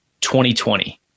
2020